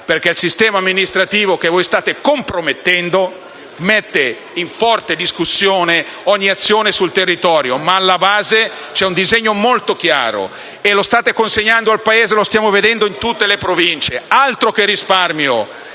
Perché il sistema amministrativo che voi state compromettendo mette in forte discussione ogni azione sul territorio, e alla base c'è un disegno molto chiaro; lo state consegnando al Paese e lo stiamo vedendo con tutte le Province. Altro che risparmio: